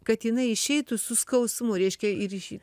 kad jinai išeitu su skausmu reiškia ir ji